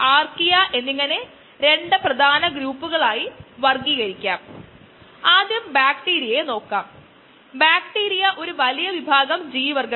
ആവശ്യമുള്ള കോശത്തിന്റെ സാന്ദ്രതയിലെത്താൻ ആവശ്യമായ സമയം കണ്ടെത്താൻ ഈ സമവാക്യം ഉപയോഗിക്കാം